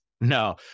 No